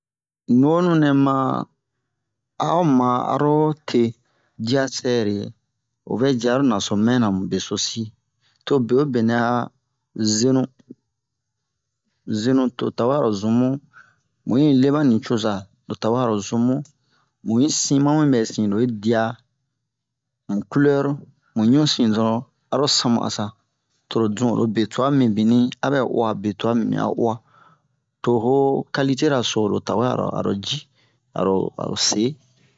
Nuwonu nɛma a o ma aro te diya sɛre o vɛ ji aro naso mɛna mu besosi to bewobe nɛ a zenu zenu to o tawɛ a o zun mu mu yi leɓa nucoza lo tawe aro zun mu mu yi sin ma mu yi ɓɛsin lo yi diya mu culɛru mu ɲusin dɔron aro san mu asa toro zun oro be tuwa mibin aɓɛ uwa be tuwa mibin a uwa to ho kalitera so lo tawɛ aro aro ji aro aro se